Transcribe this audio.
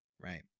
right